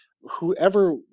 Whoever